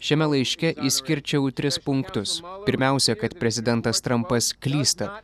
šiame laiške išskirčiau tris punktus pirmiausia kad prezidentas trampas klysta